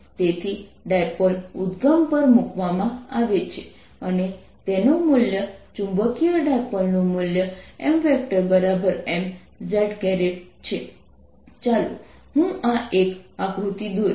તેથી ડાયપોલ ઉદ્દગમ પર મૂકવામાં આવે છે અને તેનું મૂલ્ય ચુંબકીય ડાયપોલ નું મૂલ્ય Mmz છે ચાલો હું આ માટે એક આકૃતિ દોરીશ